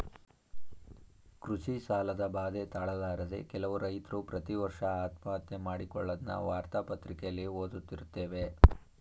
ಕೃಷಿ ಸಾಲದ ಬಾಧೆ ತಾಳಲಾರದೆ ಕೆಲವು ರೈತ್ರು ಪ್ರತಿವರ್ಷ ಆತ್ಮಹತ್ಯೆ ಮಾಡಿಕೊಳ್ಳದ್ನ ವಾರ್ತಾ ಪತ್ರಿಕೆಲಿ ಓದ್ದತಿರುತ್ತೇವೆ